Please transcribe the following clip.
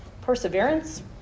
perseverance